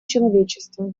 человечества